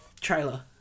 trailer